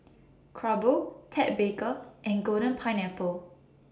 Crumpler Ted Baker and Golden Pineapple